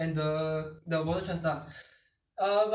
就是放酱清 lor 还有什么没有就是酱清